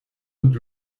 und